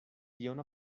tion